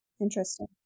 interesting